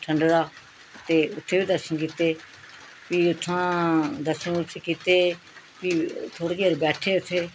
ठंडंरा ते उत्थें बी दर्शन कीते फ्ही उत्थुआं दर्शन दुर्शन कीते फ्ही थोह्ड़े चिर बैठे उत्थें